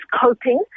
coping